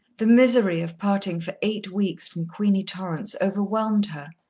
the misery of parting for eight weeks from queenie torrance overwhelmed her.